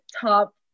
top